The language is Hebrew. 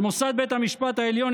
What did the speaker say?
על מוסד בית המשפט העליון,